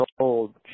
old